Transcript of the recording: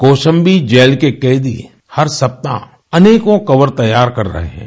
Kaushambi jail के कैदी हर सप्ताह अनेकों कवर तैयार कर रहे हैं